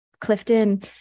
Clifton